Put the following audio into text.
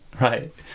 right